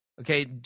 Okay